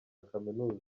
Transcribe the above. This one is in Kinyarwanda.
kaminuza